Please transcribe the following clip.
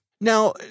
Now